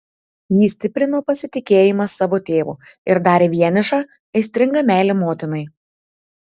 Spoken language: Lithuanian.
jį stiprino pasitikėjimas savo tėvu ir darė vienišą aistringa meilė motinai